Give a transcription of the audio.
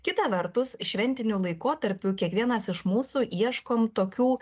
kita vertus šventiniu laikotarpiu kiekvienas iš mūsų ieškom tokių